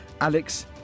Alex